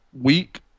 week